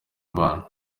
abantu